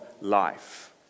life